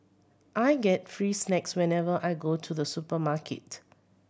I get free snacks whenever I go to the supermarket